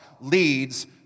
leads